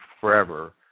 forever